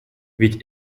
ведь